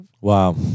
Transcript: Wow